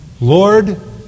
Lord